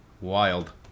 Wild